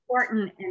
Important